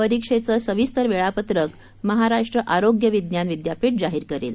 परीक्षेचं सविस्तर वेळापत्रक महाराष्ट्र आरोग्य विज्ञान विद्यापीठ जाहीर करेल